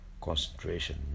concentration